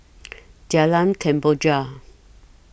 Jalan Kemboja